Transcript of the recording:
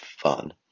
fun